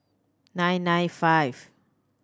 nine nine five